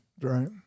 Right